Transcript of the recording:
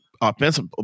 offensive